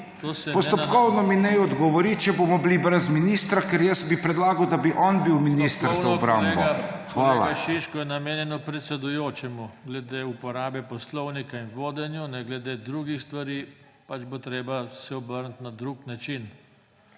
Postopkovno mi naj odgovori, če bomo brez ministra. Ker jaz bi predlagal, da bi on bil minister za obrambo. Hvala.